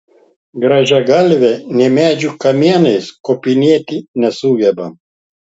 grąžiagalvė nė medžių kamienais kopinėti nesugeba